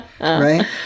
right